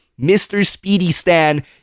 MrSpeedyStan